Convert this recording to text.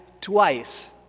twice